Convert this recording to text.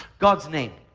god's name.